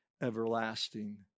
everlasting